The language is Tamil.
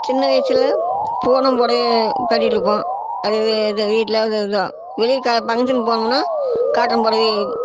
சின்ன வயசில் பூனம் புடவைய கட்டிட்டுருப்போம் அது இந்த வீட்லேயாவது இருந்தால் வெளியே கா பங்க்ஷனுக்கு போனோமுனா காட்டன் புடவையே